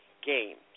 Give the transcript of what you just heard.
Games